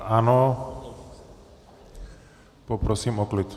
Ano, poprosím o klid!